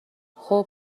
خوب